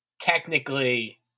technically